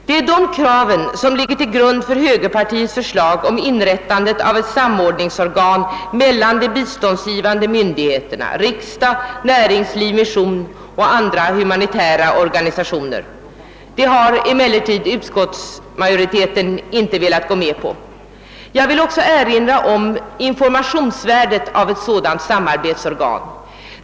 Det är dessa krav som ligger till grund för högerpartiets förslag om inrättandet av ett samordningsorgan mellan biståndsgivande myndigheter, riksdagen, näringslivet, missionen och andra humanitära organisationer. Det har emellertid utskottsmajoriteten inte velat gå med på. Jag vill också erinra om informationsvärdet av ett sådant samarbetsorgan.